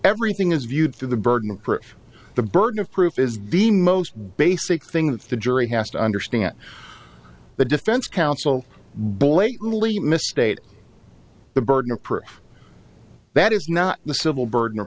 everything is viewed through the burden of proof the burden of proof is the most basic thing that the jury has to understand that the defense counsel blatantly misstate the burden of proof that is not the civil burden of